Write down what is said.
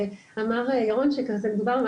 שאמר ירון שככה דיברנו,